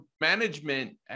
management